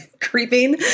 creeping